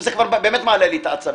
זה כבר באמת מעלה לי את העצבים.